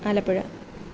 Alappuzha